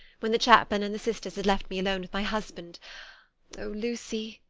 when the chaplain and the sisters had left me alone with my husband oh, lucy,